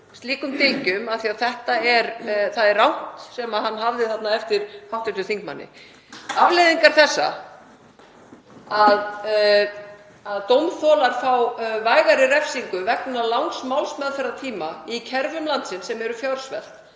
slíkum dylgjum af því að það er rangt sem hann hafði þarna eftir hv. þingmanni. Afleiðingar þess að dómþolar fái vægari refsingu vegna langs málsmeðferðartíma í kerfum landsins, sem eru fjársvelt,